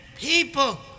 people